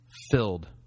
filled